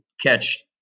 catch